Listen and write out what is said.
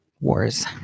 wars